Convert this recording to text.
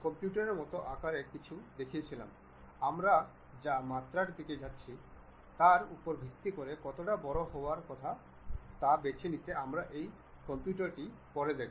আমরা যে মাত্রার দিকে যাচ্ছি তার উপর ভিত্তি করে কতটা বড় হওয়ার কথা তা বেছে নিতে আমরা এই কম্পিউটারটি পরে দেখব